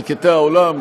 בירכתי האולם,